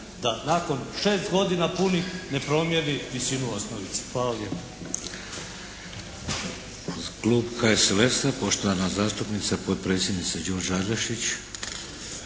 da nakon 6 godina punih ne promijeni visinu osnovice. Hvala